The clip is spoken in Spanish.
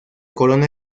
corona